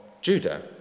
Judah